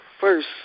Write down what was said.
first